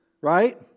Right